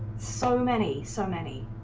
so many so many